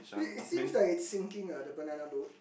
it's seems like sinking ah the banana boat